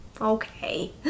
Okay